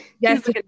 yes